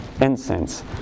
incense